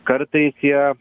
kartais jie